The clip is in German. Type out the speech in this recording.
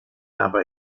aber